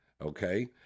okay